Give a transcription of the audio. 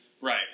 Right